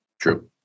True